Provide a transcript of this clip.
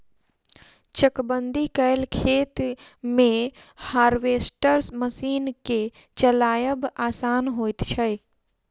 चकबंदी कयल खेत मे हार्वेस्टर मशीन के चलायब आसान होइत छै